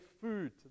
food